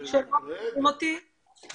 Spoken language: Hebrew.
לחיילים משוחררים.